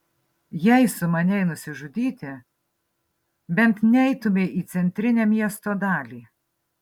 jei sumanei nusižudyti bent neitumei į centrinę miesto dalį